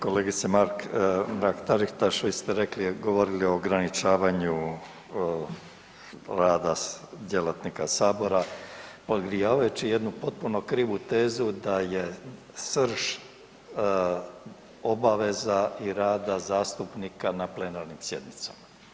Kolegice Mrak Taritaš vi ste rekli govorili o ograničavanju rada djelatnika Sabora podgrijavajući jednu potpuno krivu tezu da je srž obaveza i rada zastupnika na plenarnim sjednicama.